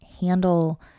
handle